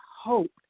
hope